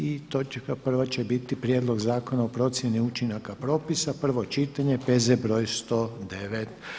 I točka prva će biti Prijedlog zakona o procjeni učinaka propisa, prvo čitanje, P.Z. br. 109.